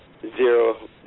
zero